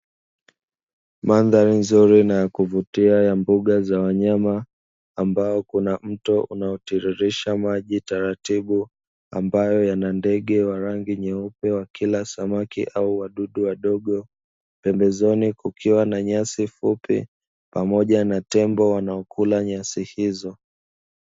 Madharini nzuri na kuvutia ya mbuga za wanyama, ambayo iko na mto unaotiririsha maji taratibu ambayo yana ndege wa rangi nyeupe wa kila samaki au wadudu wadogo. Pendezani kukiwa na nyasi fupi pamoja na tembo wanaokula nyasi hizo."